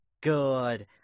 good